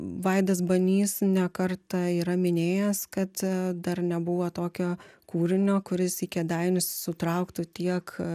vaidas banys ne kartą yra minėjęs kad dar nebuvo tokio kūrinio kuris į kėdainius sutrauktų tiek